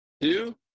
two